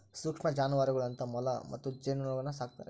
ಸೂಕ್ಷ್ಮ ಜಾನುವಾರುಗಳು ಅಂತ ಮೊಲ ಮತ್ತು ಜೇನುನೊಣಗುಳ್ನ ಸಾಕ್ತಾರೆ